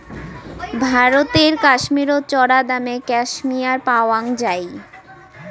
ভারতের কাশ্মীরত চরাদামে ক্যাশমেয়ার পাওয়াং যাই